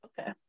okay